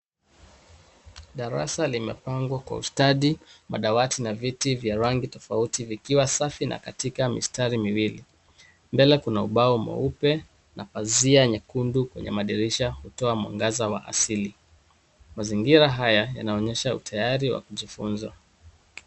Darasa limepangwa kwa ustadi madawati na viti vya rangi tofouti vikiwa Safi na katika mistari miwili mbele. Kuna ubao mweupe na bazia nyekundu kwenye madirisha, hutoa mwangaza wa asili mazingira haya yanaonyesha utayari wa kujifunza.